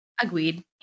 Agreed